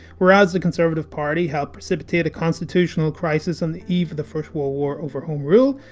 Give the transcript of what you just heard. whereas the conservative party helped precipitate a constitutional crisis on the eve of the first world war over home rule,